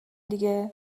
دیگه